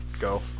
go